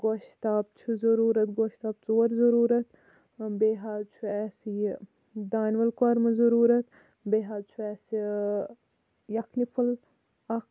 گۄشتاب چھُ ضوٚروٗرَت گۄشتاب ژور ضوٚروٗرَت بیٚیہِ حظ چھُ اَسہِ یہِ دانہِ وَل کۄرمہٕ ضوٚروٗرَت بیٚیہِ حظ چھُ اَسہِ یَکھنہِ پھوٚل اکھ